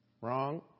Wrong